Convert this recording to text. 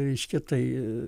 reiškia tai